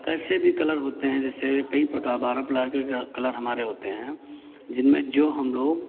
कैसे भी कलर होते हैं जैसे कई प्रकार बारह प्रकार के का कलर हमारे होते हैं जिनमें जो हम लोग